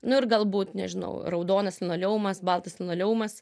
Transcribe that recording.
nu ir galbūt nežinau raudonas linoleumas baltas linoleumas